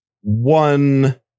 one